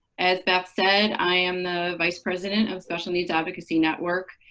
as beth said i am the vice president of special needs advocacy network.